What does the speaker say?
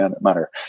manner